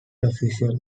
official